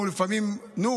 ולפעמים כשאמרנו: נו,